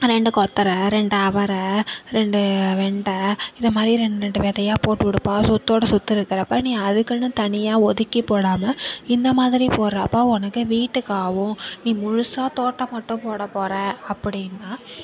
ரெண்டு கொத்தறை ரெண்டு அவரை ரெண்டு வெண்ட இதுமாதிரி ரெண்ட் ரெண்டு விதையா போட்டு விடுப்பா சொத்தோட சொத்து இருக்குறப்போ நீ அதுக்குன்னு தனியாக ஒதுக்கி போடாம இந்த மாதிரி போட்றப்போ உனக்கு வீட்டுக்கு ஆவும் நீ முழுசாக தோட்டம் மட்டும் போட போற அப்படின்னா